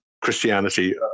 Christianity